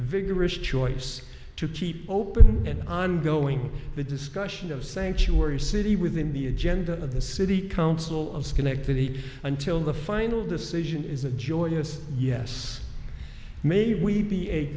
vigorish choice to keep open an ongoing discussion of sanctuary city within the agenda of the city council of schenectady until the final decision is a joyous yes maybe we be a